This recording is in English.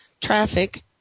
TRAFFIC